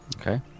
Okay